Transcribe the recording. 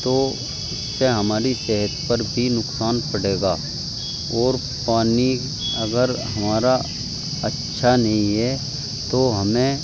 تو اس سے ہماری صحت پر بھی نقصان پڑے گا اور پانی اگر ہمارا اچھا نہیں ہے تو ہمیں